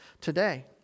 today